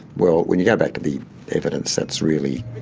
well, when you go back to the evidence that's really